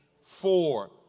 Four